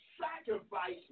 sacrifice